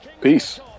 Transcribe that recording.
Peace